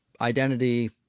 identity